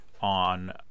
on